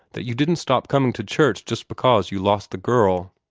that you didn't stop coming to church just because you lost the girl.